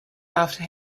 after